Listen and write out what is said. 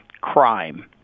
crime